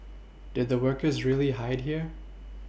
did the workers really hide here